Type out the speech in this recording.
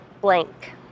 blank